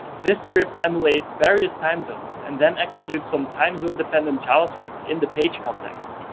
this script emulates various time zones and then execute some time zone dependent javascript in the page context.